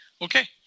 Okay